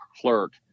clerk